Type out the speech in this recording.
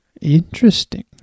Interesting